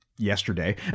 yesterday